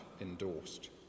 endorsed